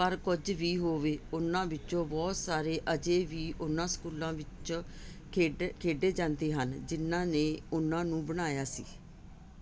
ਪਰ ਕੁਝ ਵੀ ਹੋਵੇ ਉਨ੍ਹਾਂ ਵਿੱਚੋਂ ਬਹੁਤ ਸਾਰੇ ਅਜੇ ਵੀ ਉਹਨਾਂ ਸਕੂਲਾਂ ਵਿੱਚ ਖੇਡੇ ਖੇਡੇ ਜਾਂਦੇ ਹਨ ਜਿਹਨਾਂ ਨੇ ਉਹਨਾਂ ਨੂੰ ਬਣਾਇਆ ਸੀ